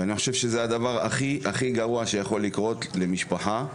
ואני חושב שזה הדבר הכי גרוע שיכול לקרות למשפחה,